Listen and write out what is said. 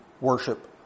worship